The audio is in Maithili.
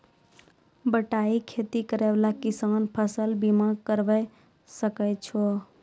बटाई खेती करै वाला किसान फ़सल बीमा करबै सकै छौ?